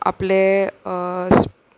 आपलें